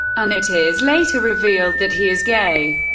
and it is later revealed that he is gay.